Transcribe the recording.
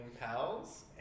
pals